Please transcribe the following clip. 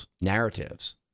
narratives